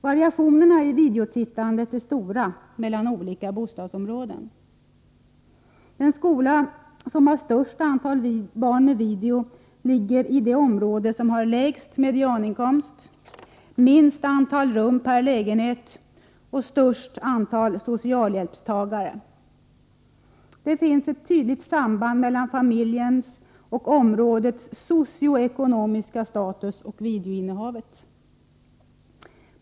Variationerna i videotittandet är stora mellan olika bostadsområden. Den skola som hade största antalet barn med video ligger i det området som har den lägsta medianinkomsten, det minsta antalet rum per lägenhet och det största antalet socialhjälpstagare. Det finns ett tydligt samband mellan familjens och områdets socio-ekonomiska status och videoinnehavet.